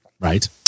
right